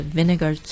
Vinegar